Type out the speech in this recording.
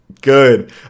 good